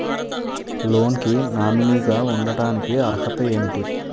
Loan కి nominee గా ఉండటానికి అర్హత ఏమిటి?